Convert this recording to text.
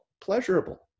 pleasurable